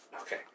Okay